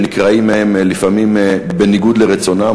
שנקרעים מהן לפעמים בניגוד לרצונן,